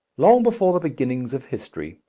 long before the beginnings of history,